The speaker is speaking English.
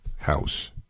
House